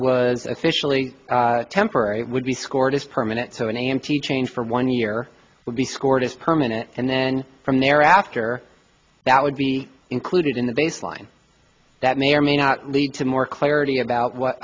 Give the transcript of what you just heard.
was officially temporary would be scored as permanent so an a m t change for one year would be scored as permanent and then from there after that would be included in the baseline that may or may not lead to more clarity about what